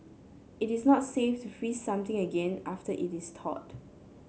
it is not safe to freeze something again after it is thawed